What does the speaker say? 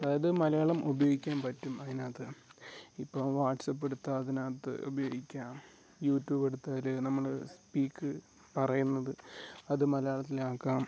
അതായത് മലയാളം ഉപയോഗിക്കാൻ പറ്റും അതിനകത്ത് ഇപ്പോൾ വാട്സപ്പ് എടുത്താൽ അതിനകത്ത് ഉപയോയിക്കാം യൂട്യൂബ് എടുത്താൽ നമ്മൾ സ്പീക്ക് പറയുന്നത് അത് മലയാളത്തിലാക്കാം